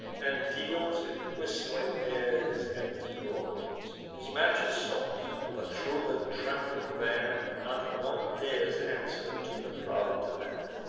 and deals in whistling air his empty blows. his match is sought but, thro' the trembling band, not one dares answer to the proud demand.